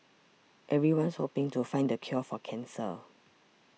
everyone's hoping to find the cure for cancer